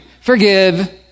Forgive